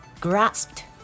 grasped